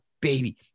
baby